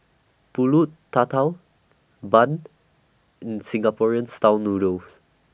Pulut Tatal Bun and Singaporean Style Noodles